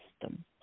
system